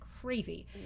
crazy